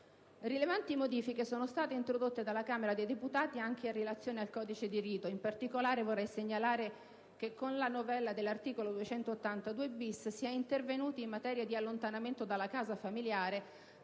Rilevanti modifiche sono state introdotte dalla Camera dei deputati anche in relazione al codice di rito. In particolare, vorrei segnalare che con la novella dell'articolo 282-*bis* si è intervenuti in materia di allontanamento dalla casa familiare